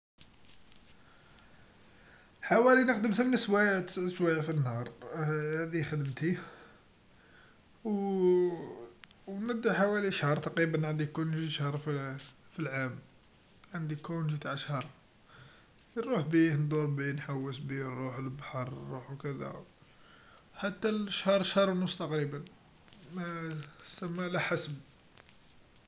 حوالي نخدم ثمن سوايع تسع سوايع في النهار، هاذي خدمتي و و مدا حوالي شهر تقريبا عندي كل شهر في العام عندي كونجي تع شهر، نروح بيه ندور بيه نحوس بيه نروح للبحر نروحو كذا، حتى الشهر شهر و نص تقريبا ما سما على حسب.